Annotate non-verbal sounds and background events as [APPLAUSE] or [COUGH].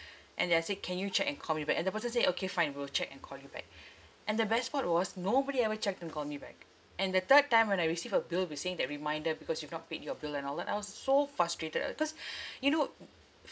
and then I said can you check and call me back and the person say okay fine we'll check and call you back and the best part was nobody ever checked and call me back and the third time when I receive a bill with saying that reminder because you've not paid your bill and all that I was so frustrated ah cause [BREATH] you know [NOISE]